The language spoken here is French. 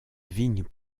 vigne